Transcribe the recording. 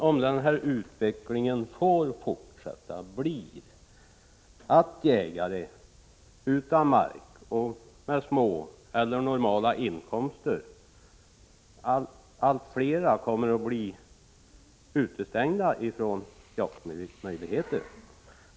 Om utvecklingen får fortsätta kommer allt fler jägare utan mark och med små eller normala inkomster att bli utestängda från jaktmöjligheter.